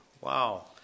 Wow